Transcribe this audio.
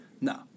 No